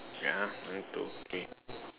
ya going to okay